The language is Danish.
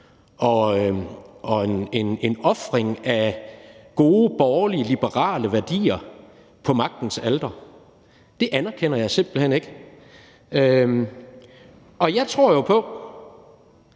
og en ofring af gode borgerlige, liberale værdier på magtens alter. Det anerkender jeg simpelt hen ikke. Jeg tror jo på,